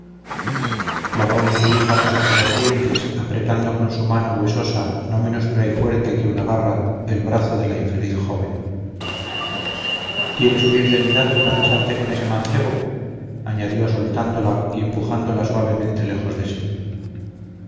en su hija los ojos ardientes apretando con su mano huesosa no menos dura y fuerte que una garra el brazo de la infeliz joven quieres huir de mi lado y marcharte con ese mancebo añadió soltándola y empujándola suavemente lejos de sí